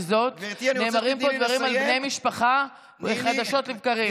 ויחד עם זאת נאמרים פה דברים על בני משפחה חדשות לבקרים.